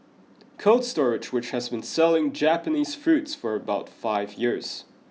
Cold Storag which has been selling Japanese fruits for about five years